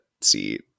seat